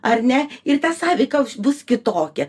ar ne ir ta sąveika bus kitokia